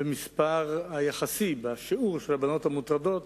במספר היחסי ובשיעור של הבנות המוטרדות,